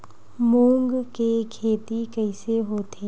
मूंग के खेती कइसे होथे?